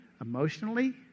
emotionally